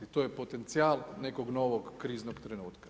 I to je potencijal nekog novog kriznog trenutka.